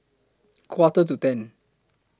Quarter to ten